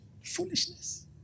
Foolishness